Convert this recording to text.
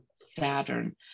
saturn